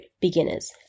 beginners